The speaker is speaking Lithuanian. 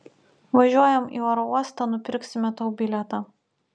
važiuojam į oro uostą nupirksime tau bilietą